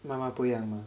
妈妈不一样 mah